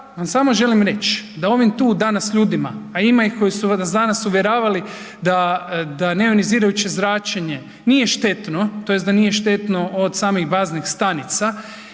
samo želim reći da ovim tu danas ljudima a ima ih koji su vas danas uvjeravali da neonizirajuće zračenje nije štetno tj. da nije štetno od samih baznih stanica,